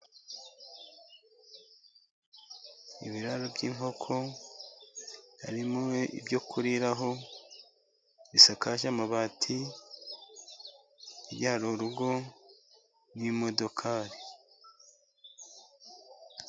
Ibiraro by'inkoko harimo ibyo kuriraho, bisakaje amabati hirya hari urugo n'imodoka.